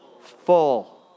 Full